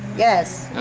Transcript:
yes,